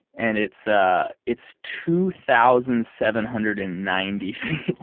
and it's ah it's two thousand seven hundred and ninety feet